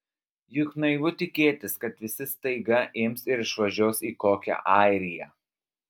juk naivu tikėtis kad visi staiga ims ir išvažiuos į kokią airiją